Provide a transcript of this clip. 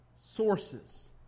sources